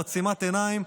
הוא עצימת עיניים,